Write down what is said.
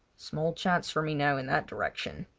small chance for me now in that direction.